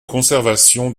conservation